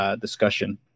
discussion